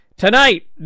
Tonight